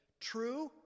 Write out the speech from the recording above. true